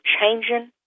changing